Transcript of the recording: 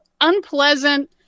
unpleasant